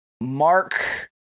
Mark